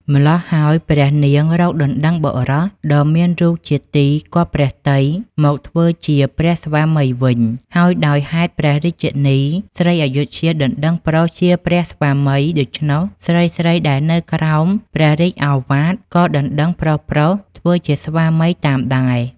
ម៉្លោះហើយព្រះនាងរកដណ្តឹងបុរសដ៏មានរូបជាទីគាប់ព្រះទ័យមកធ្វើជាព្រះស្វាមីវិញ ហើយដោយហេតុព្រះរាជិនី ស្រីអយុធ្យាដណ្តឹងប្រុសជាព្រះស្វាមីដូច្នោះ ស្រីៗដែលនៅក្រោមព្រះរាជឱវាទ ក៏ដណ្តឹងប្រុសៗធ្វើជាស្វាមីតាមដែរ។